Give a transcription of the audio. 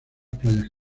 playas